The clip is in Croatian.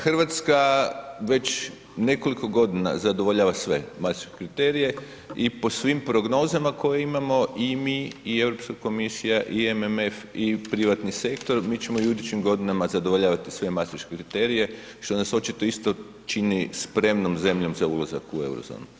Da Hrvatska već nekoliko godina zadovoljava sve mastriške kriterije i po svim prognozama koje imamo i mi i Europska komisija i MMF i privatni sektor, mi ćemo i u idućim godinama zadovoljavati sve mastriške kriterije što nas očito isto čini spremnom zemljom za ulazak u eurozonu.